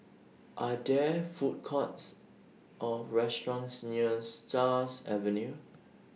Are There Food Courts Or restaurants near Stars Avenue